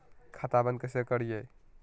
खाता बंद कैसे करिए?